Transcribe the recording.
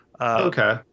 Okay